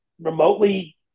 remotely